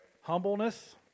humbleness